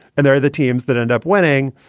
and there are the teams that end up winning.